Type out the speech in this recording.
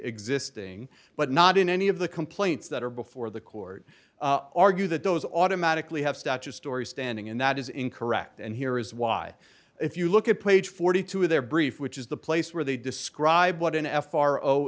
existing but not in any of the complaints that are before the court argue that those automatically have statutory standing and that is incorrect and here is why if you look at page forty two of their brief which is the place where they describe what an f r o